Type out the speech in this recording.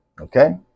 Okay